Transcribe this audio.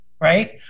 Right